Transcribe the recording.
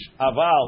aval